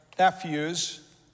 nephews